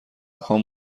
خان